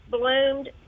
bloomed